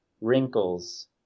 wrinkles